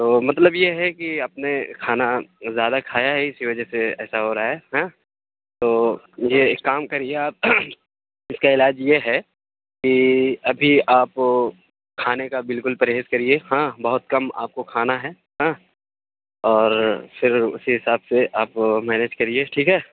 تو مطلب یہ ہے کہ آپ نے کھانا زیادہ کھایا ہے اسی وجہ سے ایسا ہو رہا ہے ہاں تو یہ ایک کام کریے آپ اس کا علاج یہ ہے کہ ابھی آپ کھانے کا بالکل پرہیز کریے ہاں بہت کم آپ کو کھانا ہے ہاں اور پھر اسی حساب سے آپ مینیج کریے ٹھیک ہے